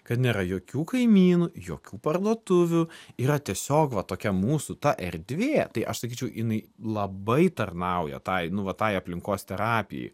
kad nėra jokių kaimynų jokių parduotuvių yra tiesiog va tokia mūsų ta erdvė tai aš sakyčiau jinai labai tarnauja tai nu va tai aplinkos terapijai